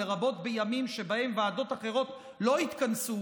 לרבות בימים שבהם ועדות אחרות לא התכנסו,